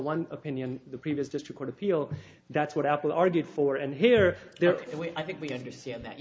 one opinion the previous just record appeal that's what apple argued for and here there and i think we understand that